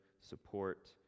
support